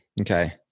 okay